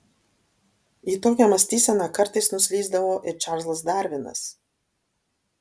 į tokią mąstyseną kartais nuslysdavo ir čarlzas darvinas